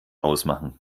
ausmachen